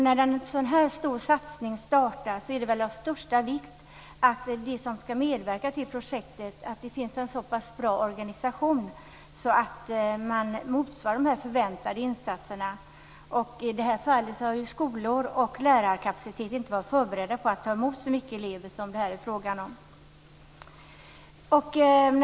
När en så här stor satsning startar är det väl av största vikt att de som skall medverka till projektets genomförande har en bra organisation, så att man motsvarar de förväntade insatserna. I det här fallet har skolor och lärare inte varit förberedda för att ta emot så mycket elever som det här är fråga om.